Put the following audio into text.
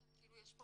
יש לנו